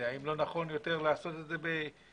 האם לא נכון לעשות את זה במכה?